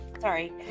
Sorry